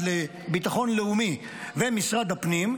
המשרד לביטחון לאומי ומשרד הפנים,